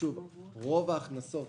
רוב ההכנסות